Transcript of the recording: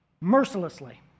mercilessly